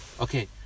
Okay